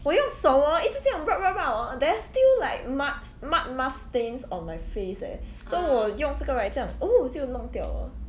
我用手 orh 一直这样 rub rub rub orh there's still like mud mud mask stains on my face eh so 我用这个 right 这样 orh 就弄掉了